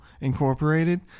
Incorporated